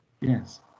Yes